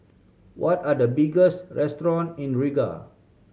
what are the restaurants in Riga